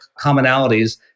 commonalities